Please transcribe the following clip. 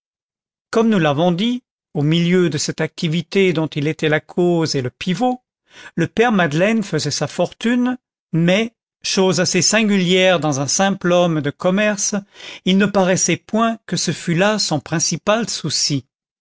comme nous l'avons dit au milieu de cette activité dont il était la cause et le pivot le père madeleine faisait sa fortune mais chose assez singulière dans un simple homme de commerce il ne paraissait point que ce fût là son principal souci